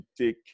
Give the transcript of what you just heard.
take